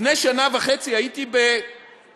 לפני שנה וחצי הייתי בדרום,